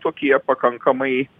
tokie pakankamai